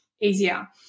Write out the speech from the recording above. easier